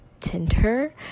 tinder